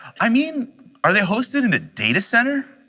i mean are they hosted in a data center?